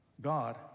God